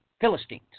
Philistines